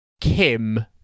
Kim